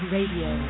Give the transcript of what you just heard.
Radio